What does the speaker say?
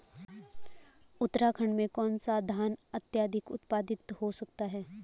उत्तराखंड में कौन सा धान अत्याधिक उत्पादित हो सकता है?